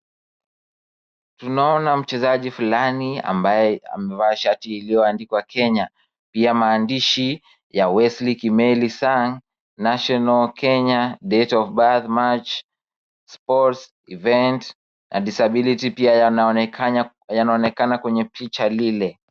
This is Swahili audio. Tunaona mchezaji flani ambaye amevaa shati iliyoandikwa Kenya. Pia maandishi ya "Wesley Kimeli Sang national:; Kenya, date of birth ; march sports event na disability " pia yanaonekana kwenye picha lile.